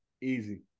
Easy